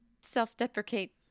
self-deprecate